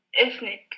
ethnic